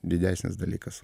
didesnis dalykas